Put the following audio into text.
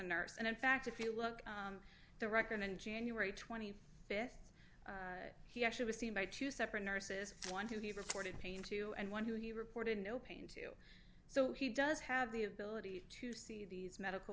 nurse and in fact if you look at the record on january th he actually was seen by two separate nurses one who he reported pain to and one who he reported no pain to so he does have the ability to see these medical